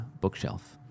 bookshelf